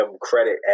credit